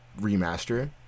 remaster